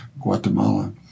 Guatemala